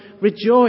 rejoice